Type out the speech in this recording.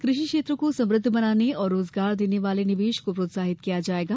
कृषि क्षेत्र को समृद्ध बनाने और रोजगार देने वाले निवेश को प्रोत्साहित किया जायेगा